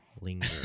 Linger